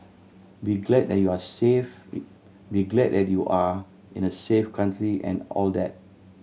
be glad that you are safe be glad that you are in a safe country and all that